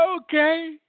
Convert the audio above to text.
Okay